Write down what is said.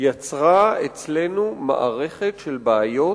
יצרה אצלנו מערכת של בעיות